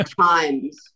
times